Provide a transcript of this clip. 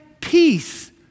peace